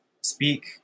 speak